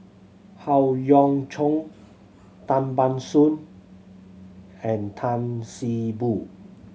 Howe Yoon Chong Tan Ban Soon and Tan See Boo